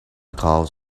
calls